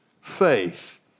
faith